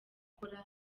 gukora